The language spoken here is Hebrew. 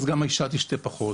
אז גם האישה תשתה פחות,